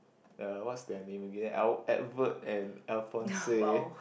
uh what's their name again Al~ Edward and Alphonse